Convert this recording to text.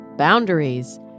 Boundaries